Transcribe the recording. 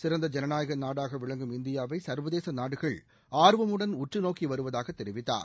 சிறந்த ஜனநாயக நாடாக விளங்கும் இந்தியாவை சர்வதேச நாடுகள் ஆர்வமுடன் உற்றநோக்கி வருவதாக தெரிவித்தார்